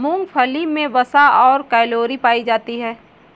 मूंगफली मे वसा और कैलोरी पायी जाती है